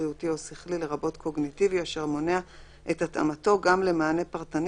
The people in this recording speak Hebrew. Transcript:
בריאותי או שכלי לרבות קוגניטיבי אשר מונע את התאמתו גם למענה פרטני